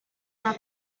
una